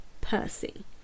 Percy